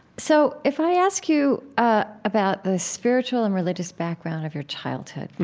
so, if i ask you ah about the spiritual and religious background of your childhood,